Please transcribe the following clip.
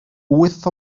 wyth